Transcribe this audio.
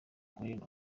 guelleh